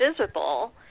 visible